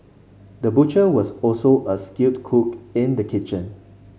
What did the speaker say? the butcher was also a skilled cook in the kitchen